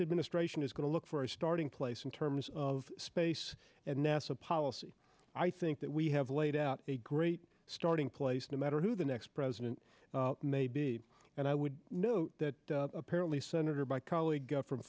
administration is going to look for a starting place in terms of space and nasa policy i think that we have laid out a great starting place no matter who the next president may be and i would note that apparently senator by colleague from